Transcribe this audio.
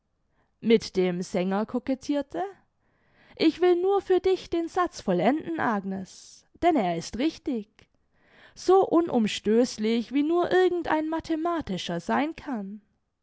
mit dem sänger coquettirte ich will nur für dich den satz vollenden agnes denn er ist richtig so unumstößlich wie nur irgend ein mathematischer sein kann